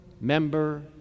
member